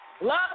Love